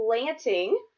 planting